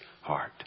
heart